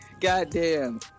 goddamn